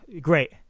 great